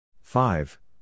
five